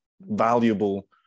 valuable